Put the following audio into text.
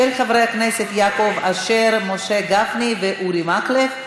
התקבלה בקריאה טרומית ועוברת לוועדת העבודה,